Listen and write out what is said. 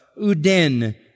uden